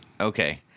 Okay